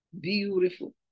beautiful